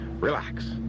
Relax